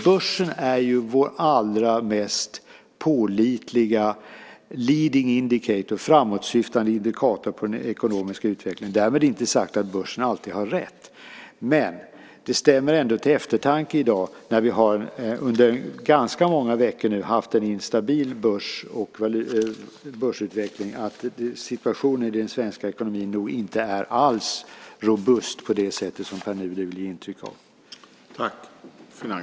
Börsen är vår allra mest pålitliga leading indicator , framåtsyftande indikator, på den ekonomiska utvecklingen. Därmed inte sagt att börsen alltid har rätt. Men det stämmer ändå till eftertanke när vi under ganska många veckor nu har haft en instabil börsutveckling. Det visar att situationen i den svenska ekonomin nog inte alls är robust på det sätt som Pär Nuder vill ge intryck av.